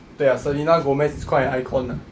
对 ah selena gomez is quite an icon ah